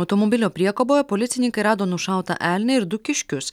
automobilio priekaboje policininkai rado nušautą elnią ir du kiškius